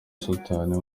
satani